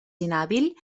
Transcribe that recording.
inhàbil